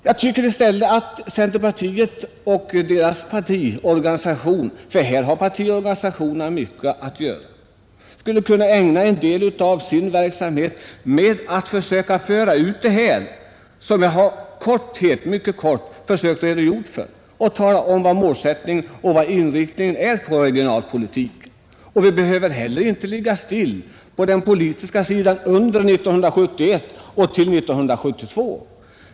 Jag tycker att centerpartiet och dess partiorganisation — ty i detta fall har partiorganisationerna en stor uppgift — i stället skulle ägna en del av sin verksamhet åt att föra ut det som jag nu mycket kort försökt redogöra för, nämligen den målsättning och inriktning som den nuvarande regionalpolitiken har. Vi behöver inte heller ligga still politiskt under perioden 1971—1972.